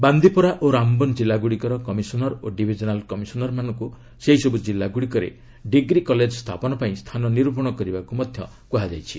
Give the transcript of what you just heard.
ବାନ୍ଦିପୋରା ଓ ରାମବନ ଜିଲ୍ଲାଗୁଡ଼ିକର କମିଶନର ଓ ଡିଭିଜନାଲ କମିଶନରମାନଙ୍କୁ ସେହିସବୁ ଜିଲ୍ଲାଗୁଡ଼ିକରେ ଡିଗ୍ରୀ କଲେଜ ସ୍ଥାପନ ପାଇଁ ସ୍ଥାନ ନିର୍ପଣ କରିବାକୁ ମଧ୍ୟ କୁହାଯାଇଛି